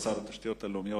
שר התשתיות הלאומיות,